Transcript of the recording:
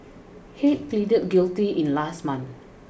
head pleaded guilty in last month